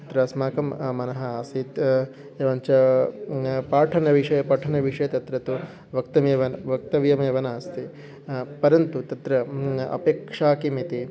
अत्र अस्माकं मनः आसीत् एवञ्च पाठनविषये पठनविषये तत्र तु वक्तुमेव वक्तव्यमेव नास्ति परन्तु तत्र अपेक्षा किम् इति